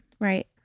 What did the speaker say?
Right